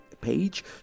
page